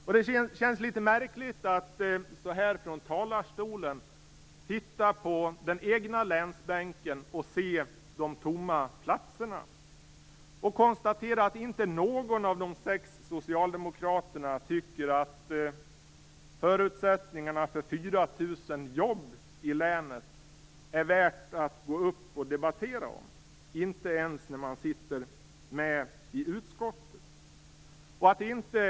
Och det känns litet märkligt att så här från talarstolen titta på den egna länsbänken och se de tomma platserna. Jag konstaterar att inte någon av de sex socialdemokraterna tycker att förutsättningarna för 4 000 jobb i länet är värda att debattera, inte ens om de sitter med i utskottet.